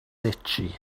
itchy